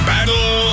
Battle